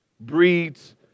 breeds